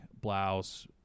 blouse